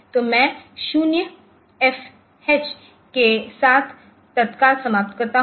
तो मैं 0 एफएच के साथ तत्काल समाप्त करता हूं